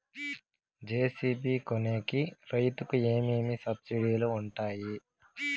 JCB కొనేకి రైతుకు ఏమేమి సబ్సిడి లు వుంటాయి?